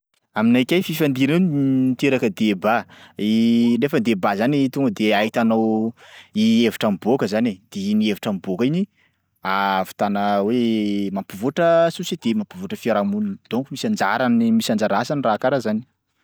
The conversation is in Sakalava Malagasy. Aminakay fifandirany miteraka débat nefa débat zany tonga de ahitanao hevitra miboaka zany e de iny hevitra miboka iny ahavitana hoe mampivoatra société, mampivoatra fiarahamonina donko misy anjara ny, misy anjara asany raha karaha zany.